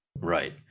Right